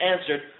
answered